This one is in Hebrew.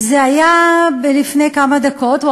זה היה לפני כמה דקות.